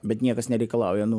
bet niekas nereikalauja nu